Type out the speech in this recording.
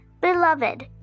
Beloved